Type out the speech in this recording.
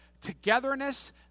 Togetherness